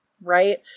right